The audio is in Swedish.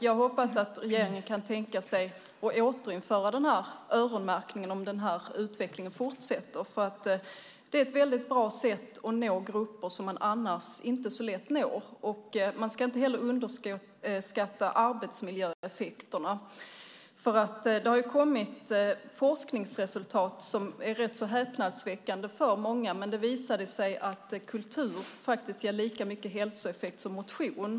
Jag hoppas att regeringen kan tänka sig att återinföra öronmärkningen om denna utveckling fortsätter. Det är nämligen ett väldigt bra sätt att nå grupper som man annars inte når så lätt, och man ska inte heller underskatta arbetsmiljöeffekterna. Det har kommit forskningsresultat som är rätt så häpnadsväckande för många: Det visade sig att kultur ger lika stor hälsoeffekt som motion.